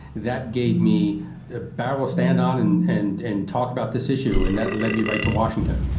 that gave me a barrel stand on and and and talk about this issue. and that led me right to washington.